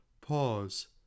Pause